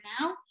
now